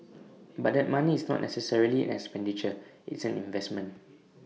but that money is not necessarily an expenditure it's an investment